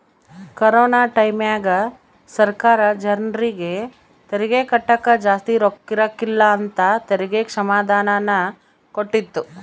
corona ಟೈಮ್ಯಾಗ ಸರ್ಕಾರ ಜರ್ನಿಗೆ ತೆರಿಗೆ ಕಟ್ಟಕ ಜಾಸ್ತಿ ರೊಕ್ಕಿರಕಿಲ್ಲ ಅಂತ ತೆರಿಗೆ ಕ್ಷಮಾದಾನನ ಕೊಟ್ಟಿತ್ತು